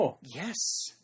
yes